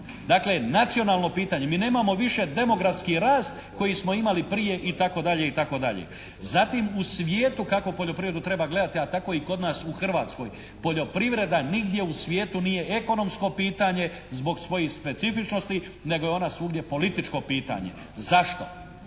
Dakle, nacionalno pitanje. Mi nemamo više demografski rast koji smo imali prije itd., itd. Zatim, u svijetu kako poljoprivredu treba gledati, a tako i kod nas u Hrvatskoj. Poljoprivreda nigdje u svijetu nije ekonomsko pitanje zbog svojih specifičnosti, nego je ona svugdje političko pitanje. Zašto?